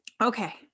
Okay